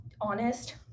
honest